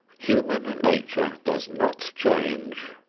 human nature does not change.